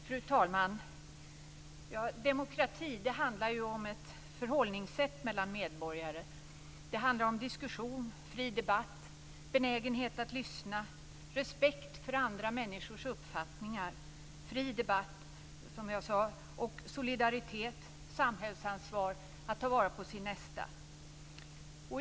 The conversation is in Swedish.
Fru talman! Demokrati handlar om ett förhållningssätt mellan medborgare. Det handlar om diskussion, fri debatt, benägenhet att lyssna, respekt för andra människors uppfattningar, solidaritet, samhällsansvar och att ta vara på sin nästa.